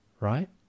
right